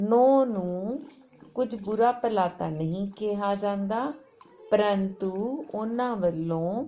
ਨੂੰਹ ਨੂੰ ਕੁਝ ਬੁਰਾ ਭਲਾ ਤਾਂ ਨਹੀਂ ਕਿਹਾ ਜਾਂਦਾ ਪਰੰਤੂ ਉਹਨਾਂ ਵੱਲੋਂ